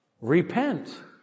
repent